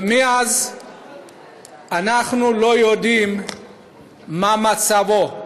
ומאז אנחנו לא יודעים מה מצבו,